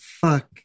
fuck